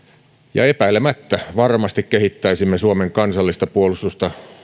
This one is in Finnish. ja epäilemättä kehittäisimme suomen kansallista puolustusta varmasti